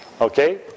okay